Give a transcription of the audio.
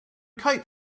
kite